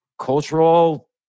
cultural